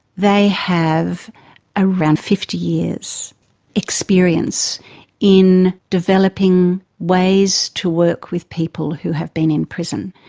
they have around fifty years' experience in developing ways to work with people who have been in prison.